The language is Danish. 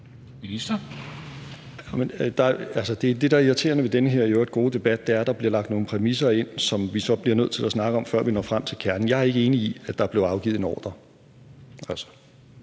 Det, der er irriterende ved den her i øvrigt gode debat, er, at der bliver lagt nogle præmisser ind, som vi så bliver nødt til at snakke om, før vi når frem til kernen. Jeg er ikke enig i, at der blev afgivet en ordre,